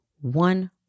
one